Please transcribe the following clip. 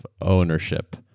ownership